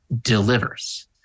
delivers